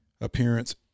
appearance